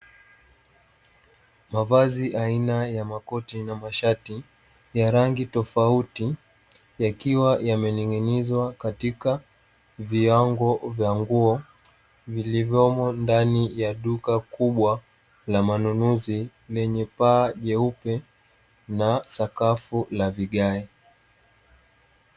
Mavazi aina ya makoti na mashati ya rangi tofauti, yakiwa yamening'inizwa katika viango vya nguo, vilivyomo ndani ya duka kubwa la manunuzi, lenye paa jeupe na sakafu la vigae.